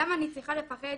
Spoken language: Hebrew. למה אני צריכה לפחד?